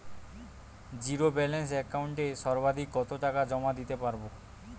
Zero balance একাউন্টে সর্বাধিক কত টাকা জমা দিতে পারব?